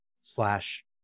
slash